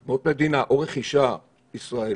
אדמות מדינה או רכישה ישראלית,